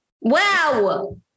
Wow